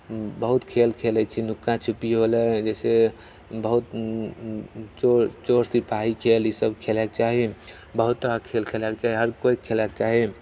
बहुत खेल खेलैत छियै नुका छुपी होलै जैसे बहुत चोर चोर सिपाही खेल ईसब खेलैके चाही बहुत तरहके खेल खेलैके चाही हर केओके खेलैके चाही